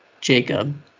Jacob